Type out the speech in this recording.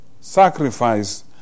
sacrifice